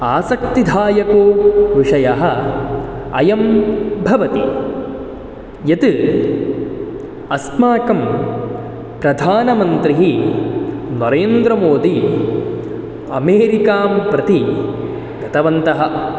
आसक्तिदायको विषयः अयं भवति यत् अस्माकं प्रधानमन्त्री नरेन्द्रमोदि अमेरिकां प्रति गतवन्तः